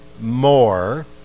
more